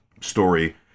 story